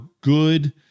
good